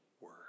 word